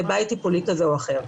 לבית טיפולי כזה או אחר.